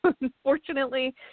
Unfortunately